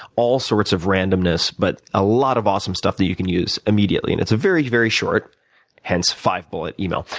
all sorts of randomness, but a lot of awesome stuff that you can use immediately. and it's a very, very short hence five bullet email.